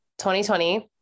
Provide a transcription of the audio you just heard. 2020